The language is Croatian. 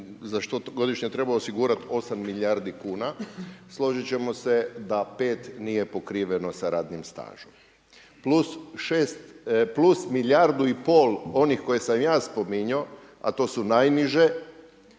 za što godišnje treba osigurat 8 milijardi kuna, složit ćemo se da 5 nije pokriveno sa radnim stažom, plus milijardu i pol onih koje sam ja spominjao, a to su najniže